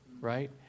right